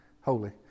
holy